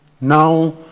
Now